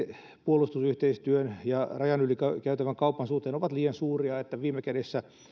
puolustusyhteistyön ja rajan yli käytävän kaupan suhteen ovat liian suuria että viime kädessä